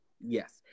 Yes